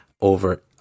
over